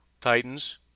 Titans